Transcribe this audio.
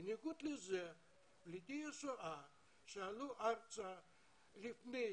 בניגוד לזה פליטי השואה שעלו ארצה לפני